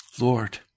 Lord